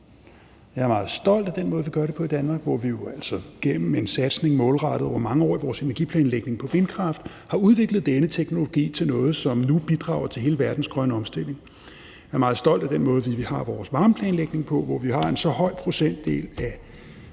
Jeg er meget stolt af den måde, vi gør det på i Danmark, hvor vi altså gennem en målrettet satsning over mange år i vores energiplanlægning i forhold til vindkraft har udviklet denne teknologi, som nu bidrager til hele verdens grønne omstilling. Jeg er meget stolt af den måde, vi har vores varmeplanlægning på, hvor vi har en så høj procentdel af